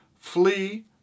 Flee